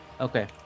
okay